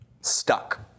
Stuck